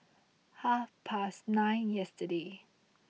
half past nine yesterday